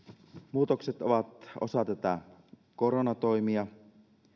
muutokset ovat osa koronatoimia